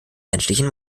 menschlichen